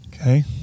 Okay